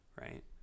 right